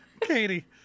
Katie